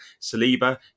Saliba